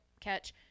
Catch